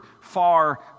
far